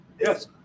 Yes